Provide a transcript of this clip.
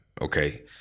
Okay